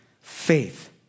Faith